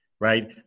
right